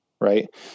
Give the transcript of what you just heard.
Right